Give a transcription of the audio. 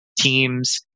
teams